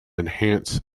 enhance